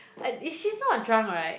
she's not a drunk [right]